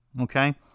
okay